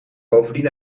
bovendien